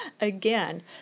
again